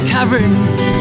caverns